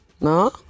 no